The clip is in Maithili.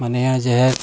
मने यहाँ जे है